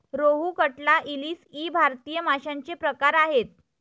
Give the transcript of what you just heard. रोहू, कटला, इलीस इ भारतीय माशांचे प्रकार आहेत